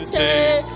take